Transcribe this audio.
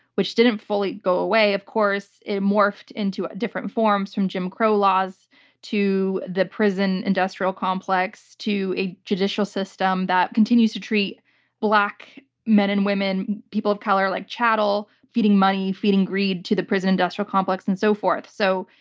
which didn't fully go away, of course. it morphed into different forms from jim crow laws to the prison-industrial prison-industrial complex to a judicial system that continues to treat black men and women, people of color, like chattel, feeding money, feeding greed to the prison-industrial complex and so forth. so,